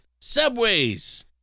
subways